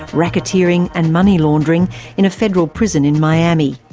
racketeering and money laundering in a federal prison in miami.